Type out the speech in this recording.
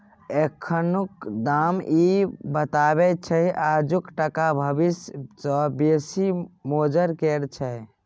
एखनुक दाम इ बताबैत छै आजुक टका भबिस सँ बेसी मोजर केर छै